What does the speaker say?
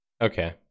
Okay